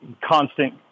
constant